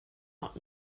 not